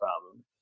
problem